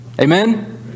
Amen